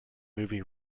movie